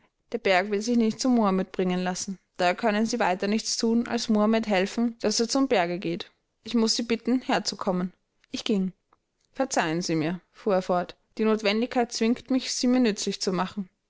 der berg will sich nicht zu mahomet bringen lassen daher können sie weiter nichts thun als mahomet helfen daß er zum berge gehe ich muß sie bitten herzukommen ich ging verzeihen sie mir fuhr er fort die notwendigkeit zwingt mich sie mir nützlich zu machen